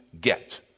get